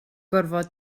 gorfod